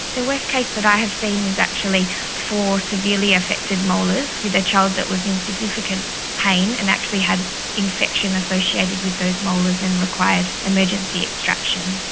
the worst case that i have seen is actually four severely affected molars with a child that was in significant pain and actually had infection associated with those molars and required emergency extraction.